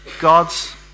God's